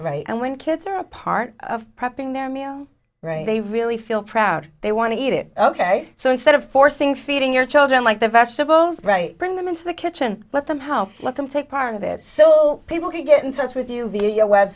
right and when kids are a part of prepping their meal right they really feel proud they want to eat it ok so instead of forcing feeding your children like the vegetables right bring them into the kitchen let them help let them take part of it so people can get in touch with you via